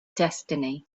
destiny